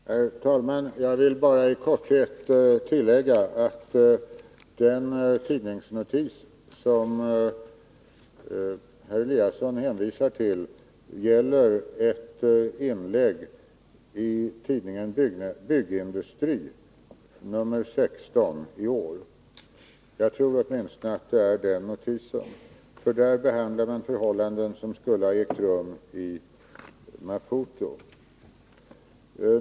Herr talman! Jag vill bara tillägga att den tidningsnotis som Ingemar Eliasson hänvisade till gäller ett inlägg i Tidningen Byggindustrin nr 16 i år — jag tror åtminstone att det är den notisen. Där behandlar man förhållanden som skulle ha förekommit i Maputo.